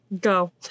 Go